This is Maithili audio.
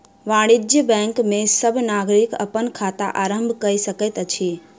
वाणिज्य बैंक में सब नागरिक अपन खाता आरम्भ कय सकैत अछि